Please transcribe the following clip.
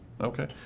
Okay